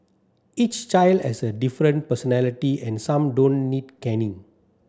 each child has a different personality and some don't need caning